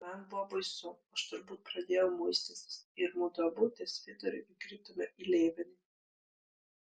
man buvo baisu aš turbūt pradėjau muistytis ir mudu abu ties viduriu įkritome į lėvenį